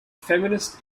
feminist